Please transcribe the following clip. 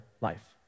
life